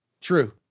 true